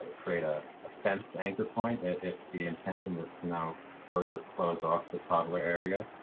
ah create ah a fence anchor point and if the intention is to now further close off the toddler area.